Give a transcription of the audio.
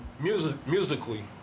Musically